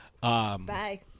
Bye